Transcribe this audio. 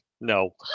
No